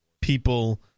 people